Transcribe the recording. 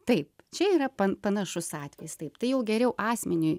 taip čia yra panašus atvejis taip tai jau geriau asmeniui